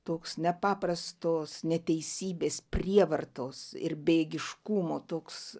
toks nepaprastos neteisybės prievartos ir bejėgiškumo toks